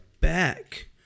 back